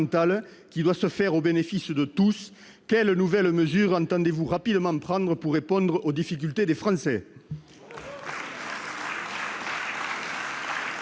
qui doit se faire au bénéfice de tous, quelles nouvelles mesures entendez-vous rapidement prendre pour répondre aux difficultés des Français ?